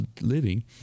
living